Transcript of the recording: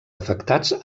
afectats